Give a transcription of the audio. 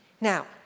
Now